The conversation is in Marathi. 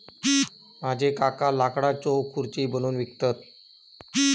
माझे काका लाकडाच्यो खुर्ची बनवून विकतत